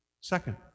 second